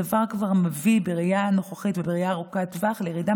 הדבר כבר מביא בראייה הנוכחית ובראייה ארוכת טווח לירידה